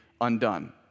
undone